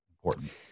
important